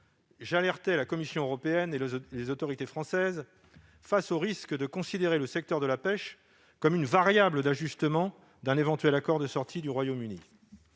alerté la Commission européenne et les autorités françaises quant au risque que le secteur de la pêche soit considéré comme une variable d'ajustement d'un éventuel accord de sortie du Royaume-Uni.